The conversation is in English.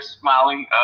smiling